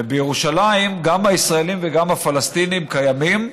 ובירושלים גם הישראלים וגם הפלסטינים קיימים,